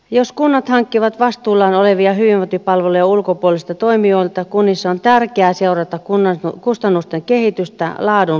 jos kunnat hankkivat vastuullaan olevia hyvinvointipalveluja ulkopuolisilta toimijoilta kunnissa on tärkeää seurata kustannusten kehitystä laadun lisäksi